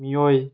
ꯃꯤꯑꯣꯏ